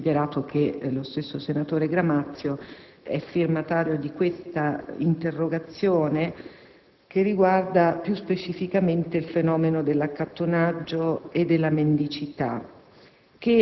particolare allo stesso senatore Gramazio, firmatario di questa interrogazione, che riguarda specificamente il fenomeno dell'accattonaggio e della mendicità;